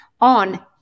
on